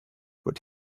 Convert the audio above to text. what